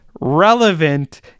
relevant